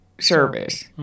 service